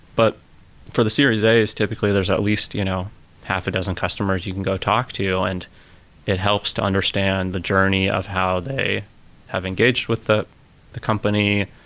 but for the series a, typically there's at least you know half a dozen customers you can go talk to. and it helps to understand the journey of how they have engaged with the the company,